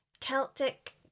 Celtic